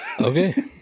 Okay